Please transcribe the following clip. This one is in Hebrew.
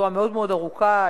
שורה מאוד מאוד ארוכה.